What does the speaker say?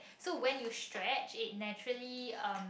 so when you stretch it naturally um